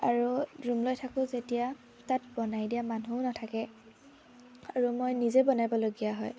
আৰু ৰূম লৈ থাকোঁ যেতিয়া তাত বনাই দিয়া মানুহ নাথাকে আৰু মই নিজে বনাবলগীয়া হয়